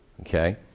okay